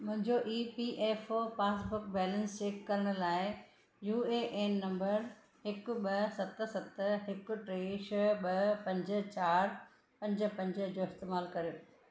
मुंहिंजो E P F O passbook balance check करण लाइ यू ए एन नंबर हिकु ॿ सत सत हिकु टे छह ॿ पंज चारि पंज पंज जो इस्तेमालु करियो